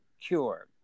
cure